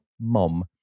mom